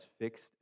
fixed